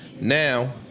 Now